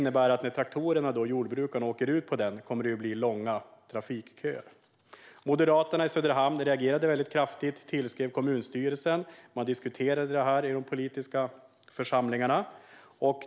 När jordbrukarna med sina traktorer åker ut på den kommer det att bli långa trafikköer. Moderaterna i Söderhamn reagerade kraftigt och tillskrev kommunstyrelsen, och man diskuterade detta i de politiska församlingarna.